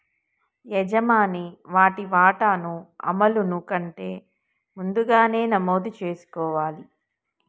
యజమాని వాటి వాటాను అమలును కంటే ముందుగానే నమోదు చేసుకోవాలి